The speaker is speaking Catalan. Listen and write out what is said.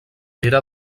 era